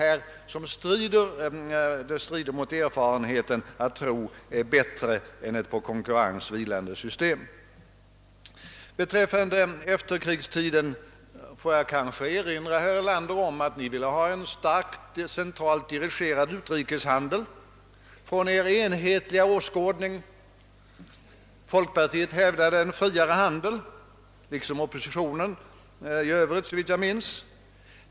Erfarenheten motsäger er tro att det skulle vara bättre än ett på konkurrens vilande system. Beträffande efterkrigstiden får jag kanske erinra herr Erlander om att ni i 27-punktsprogrammet, utifrån er s.k. enhetliga åskådning, ville ha en starkt centraldirigerad utrikeshandel. Folk partiet talade tvärtom för en friare handel liksom, såvitt jag minns, oppositionen i övrigt.